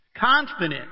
confident